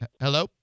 Hello